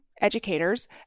Educators